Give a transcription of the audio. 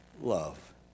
love